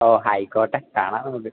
ഓ ആയിക്കോട്ടെ കാണാം നമക്ക്